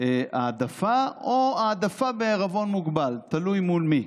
העדפה או העדפה בעירבון מוגבל, תלוי מול מי?